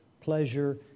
pleasure